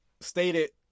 stated